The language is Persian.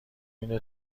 اینه